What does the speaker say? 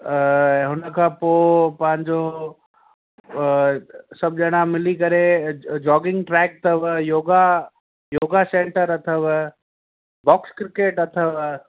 हुनखां पोइ पंहिंजो सभु ॼणा मिली करे जो जोगींग ट्रैक अथव योगा योगा सेंटर अथव बॉक्स क्रिकेट अथव